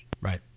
Right